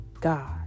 God